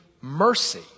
mercy